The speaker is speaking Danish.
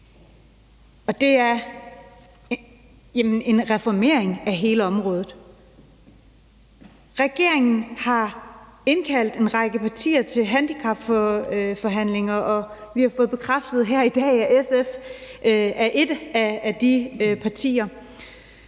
og det er en reformering af hele området. Regeringen har indkaldt en række partier til handicapforhandlinger, og vi har fået bekræftet her i dag, at SF er et af de partier.